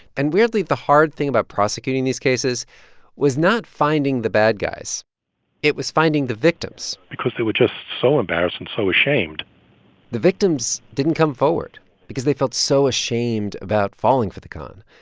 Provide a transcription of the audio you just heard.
and weirdly, the hard thing about prosecuting these cases was not finding the bad guys it was finding the victims because they were just so embarrassed and so ashamed the victims didn't come forward because they felt so ashamed about falling for the con.